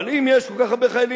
אבל אם יש כל כך הרבה חיילים,